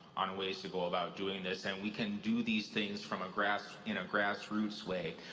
on ways to go about doing this, and we can do these things from a grass in a grassroots way,